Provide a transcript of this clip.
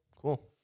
cool